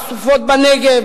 "סופות בנגב",